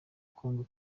congo